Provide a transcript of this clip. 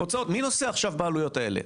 מי נושא עכשיו בעלויות האלה?